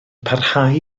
parhau